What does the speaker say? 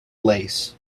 lace